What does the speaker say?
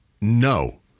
No